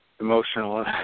emotional